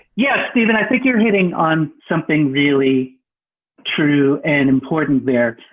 yes, stephen, i think you're hitting on something really true and important there.